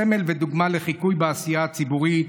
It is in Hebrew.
סמל ודוגמה לחיקוי בעשייה הציבורית,